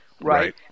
Right